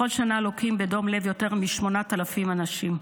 בכל שנה לוקים בדום לב יותר מ-8,000 אנשים.